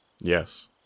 Yes